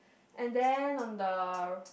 and then on the